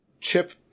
Chip